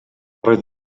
roedd